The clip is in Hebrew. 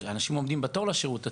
אנשים עומדים בתור לשירות הציבורי.